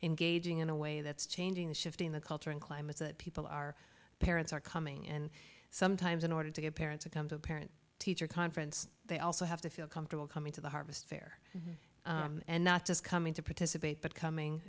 engaging in a way that's changing the shift in the culture in climates that people are parents are coming and sometimes in order to get parents to come to a parent teacher conference they also have to feel comfortable coming to the harvest fair and not just coming to participate but coming